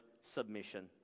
submission